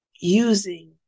using